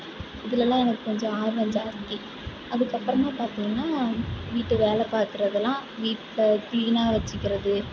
அதெலலாம் எனக்கு கொஞ்சம் ஆர்வம் ஜாஸ்த்தி அதுக்கப்புறமா பார்த்திங்னா வீட்டு வேலை பார்க்கறதுலாம் வீட்டை கிளீனாக வெச்சுக்கிறது